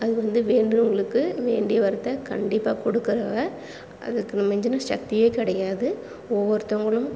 அது வந்து வேண்டுகிறவங்களுக்கு வேண்டிய வரத்தை கண்டிப்பாக கொடுக்குறவ அதுக்கு மிஞ்சின சக்தியே கிடையாது ஒவ்வொருத்தவங்களும்